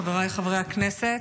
חבריי חברי הכנסת,